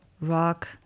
rock